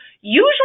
Usually